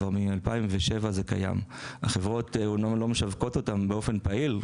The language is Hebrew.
היא קיימת משנת 2007. החברות אומנם לא משווקות אותה באופן פעיל,